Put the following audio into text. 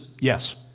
yes